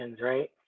right